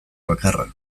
bakarra